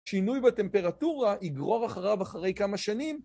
שינוי בטמפרטורה יגרור אחריו אחרי כמה שנים.